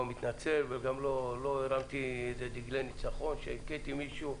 לא מתנצל וגם לא הרמתי איזה דגלי ניצחון שהכיתי מישהו.